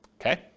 Okay